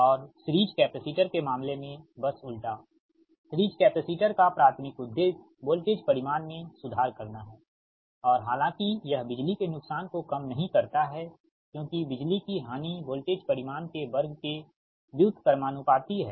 और series capacitor के मामले में बस उल्टा सीरिज़ कैपेसिटर का प्राथमिक उद्देश्य वोल्टेज परिमाण में सुधार करना है और हालांकि यह बिजली के नुकसान को कम नहीं करता है क्योंकि बिजली की हानि वोल्टेज परिमाण के वर्ग के व्युत्क्रमानुपाती है